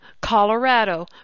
Colorado